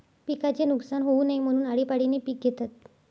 पिकाचे नुकसान होऊ नये म्हणून, आळीपाळीने पिक घेतात